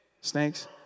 Snakes